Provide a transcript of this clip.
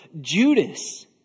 Judas